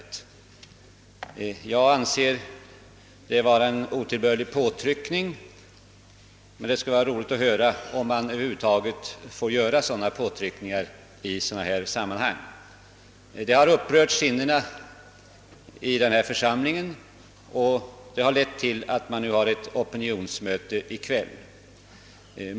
Jag anser detta vara en otillbörlig påtryckning, och det skulle vara intressant att få höra, om man över huvud taget får utöva sådan påtryckning. Detta har upprört sinnena i församlingen, och det har alltså lett till att man anordnar detta opinionsmöte i kväll.